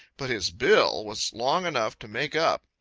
but his bill was long enough to make up.